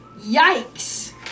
Yikes